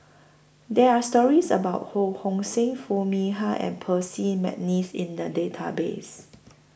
There Are stories about Ho Hong Sing Foo Mee Har and Percy Mcneice in The Database